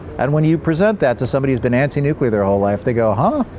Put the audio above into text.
and when you present that to somebody who's been anti-nuclear their whole life they go, huh?